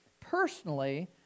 personally